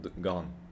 gone